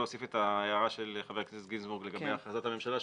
ההערה של חבר הכנסת גינזבורג לגבי הכרזת הממשלה,